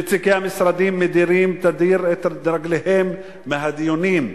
נציגי המשרדים מדירים תדיר את רגליהם מהדיונים,